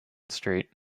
street